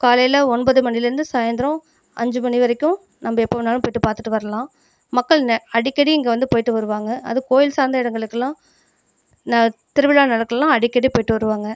காலையில் ஒன்பது மணிலிருந்து சாயந்திரம் அஞ்சு மணி வரைக்கும் நம்ப எப்போ வேணாலும் போய்ட்டு பார்த்துட்டு வரலாம் மக்கள் அடிக்கடி இங்கே வந்து போய்ட்டு வருவாங்க அதுவும் கோயில் சார்ந்த இடங்களுக்குலாம் ந திருவிழா நேரத்திலெலாம் அடிக்கடி போயிட்டு வருவாங்க